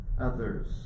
Others